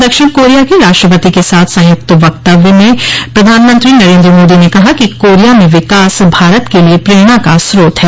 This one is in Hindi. दक्षिण कोरिया के राष्ट्रपति के साथ संयुक्त वक्तव्य में प्रधानमंत्री नरेन्द्र मोदी ने कहा कि कोरिया में विकास भारत के लिए प्रेरणा का स्रोत है